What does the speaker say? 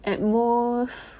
at most